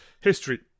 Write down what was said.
History